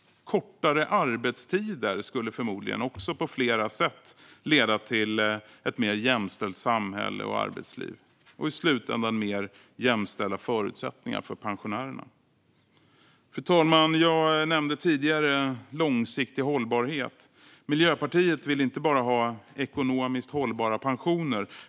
Kortare arbetstider skulle förmodligen också på flera sätt leda till ett mer jämställt samhälle och arbetsliv och i slutändan mer jämställda förutsättningar för pensionärerna. Fru talman! Jag nämnde tidigare långsiktig hållbarhet. Miljöpartiet vill inte bara ha ekonomiskt hållbara pensioner.